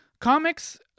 comics